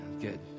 good